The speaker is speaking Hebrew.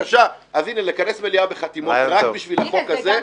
אז הנה, לכנס מליאה בחתימות בשביל החוק הזה.